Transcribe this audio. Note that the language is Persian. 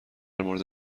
مورد